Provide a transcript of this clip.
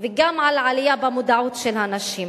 וגם על עלייה במודעות של הנשים,